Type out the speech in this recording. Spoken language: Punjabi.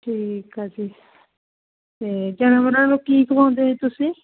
ਠੀਕ ਹੈ ਜੀ ਅਤੇ ਜਾਨਵਰਾਂ ਨੂੰ ਕੀ ਖਵਾਉਂਦੇ ਹੈ ਜੀ ਤੁਸੀਂ